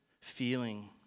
feeling